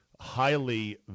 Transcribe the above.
highly